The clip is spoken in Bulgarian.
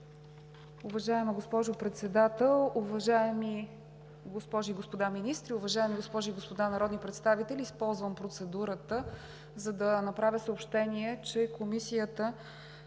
Уважаема госпожо Председател, уважаеми госпожи и господа министри, уважаеми госпожи и господа народни представители! Използвам процедурата, за да направя съобщение, че Комисията